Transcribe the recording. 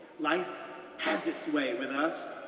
life has its way with us,